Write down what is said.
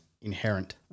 inherent